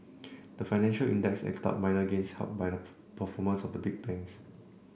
the financial index eked out minor gains helped by the performance of the big banks